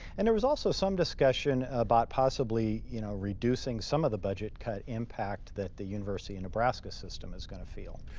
and there was also some discussion about possibly you know reducing some of the budget cut impact that the university of and nebraska system is going to feel.